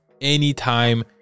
anytime